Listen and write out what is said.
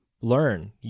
learn